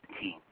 team